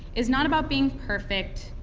it's not about being perfect,